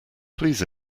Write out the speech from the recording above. please